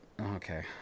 Okay